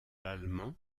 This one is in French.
l’allemand